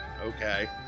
okay